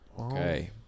Okay